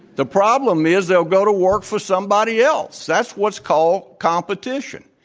the problem is they'll go to work for somebody else. that's what's called competition.